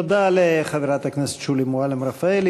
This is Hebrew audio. תודה לחברת הכנסת שולי מועלם-רפאלי.